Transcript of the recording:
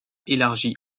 élargi